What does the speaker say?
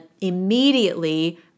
immediately